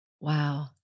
Wow